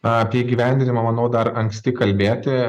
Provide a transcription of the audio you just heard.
apie įgyvendinimą manau dar anksti kalbėti